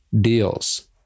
deals